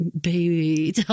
baby